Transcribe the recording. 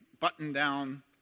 button-down